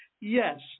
Yes